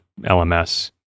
LMS